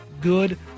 good